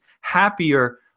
happier